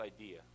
idea